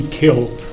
killed